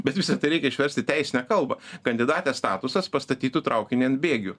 bet visa tai reikia išversti į teisinę kalbą kandidatės statusas pastatytų traukinį ant bėgių